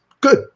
good